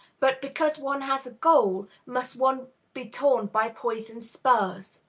but, because one has a goal, must one be torn by poisoned spurs?